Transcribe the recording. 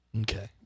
Okay